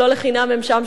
ולא לחינם הם שם,